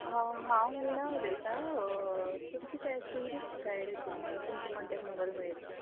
हा हांव विणा उलयतां तुमचे ते ट्युरिस्ट गायड हितून तुमचो कॉण्टॅक्ट नंबर मेळिल्लो